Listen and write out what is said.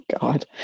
God